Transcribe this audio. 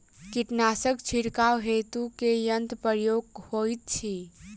कीटनासक छिड़काव हेतु केँ यंत्रक प्रयोग होइत अछि?